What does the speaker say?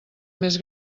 més